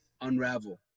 unravel